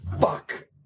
Fuck